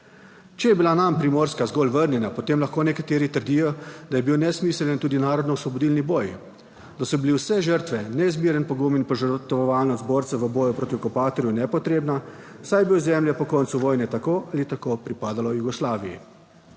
Če je bila nam Primorska zgolj vrnjena, potem lahko nekateri trdijo, da je bil nesmiseln tudi narodnoosvobodilni boj, da so bile vse žrtve neizmeren pogum in požrtvovalnost borcev v boju proti okupatorju nepotrebna, saj bi ozemlje po koncu vojne tako ali tako pripadalo Jugoslaviji.